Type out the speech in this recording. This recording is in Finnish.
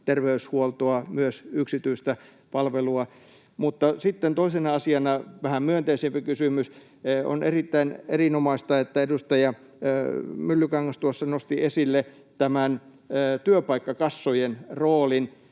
terveydenhuoltoa, myös yksityistä palvelua. Mutta sitten toisena asiana vähän myönteisempi kysymys. On erittäin erinomaista, että edustaja Myllykoski tuossa nosti esille tämän työpaikkakassojen roolin.